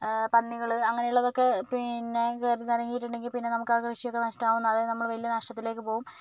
പന്നികൾ അങ്ങനെയുള്ളതൊക്കെ പിന്നെ കയറിനിരങ്ങിയിട്ടുണ്ടെങ്കിൽ പിന്നെ നമുക്കാ കൃഷിയൊക്കെ നഷ്ടമാകും അതായത് നമ്മൾ വലിയ നഷ്ട്ത്തിലേക്ക് പോകും